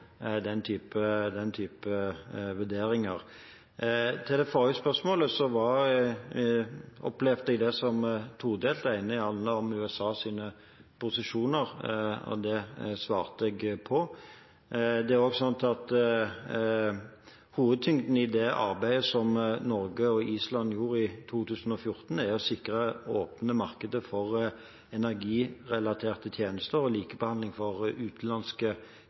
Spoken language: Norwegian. den type vurderinger. Til det forrige spørsmålet: Jeg opplevde det som todelt. Det ene handlet om USAs posisjoner, og det svarte jeg på. Det er også sånn at hovedtyngden i det arbeidet som Norge og Island gjorde i 2014, er å sikre åpne markeder for energirelaterte tjenester og likebehandling for utenlandske